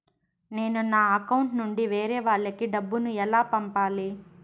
నేను నా అకౌంట్ నుండి వేరే వాళ్ళకి డబ్బును ఎలా పంపాలి?